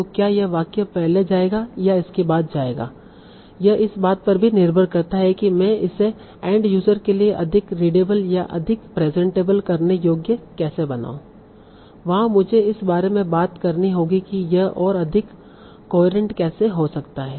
तो क्या यह वाक्य पहले जाएगा या इसके बाद जाएगा यह इस बात पर भी निर्भर करता है कि मैं इसे एन्ड यूजर के लिए अधिक रीडएबल या अधिक प्रेजेंटएबल करने योग्य कैसे बनाऊंगा वहाँ मुझे इस बारे में बात करनी होगी कि यह और अधिक कोहेरेंट कैसे हो सकता है